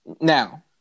Now